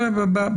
חבר'ה,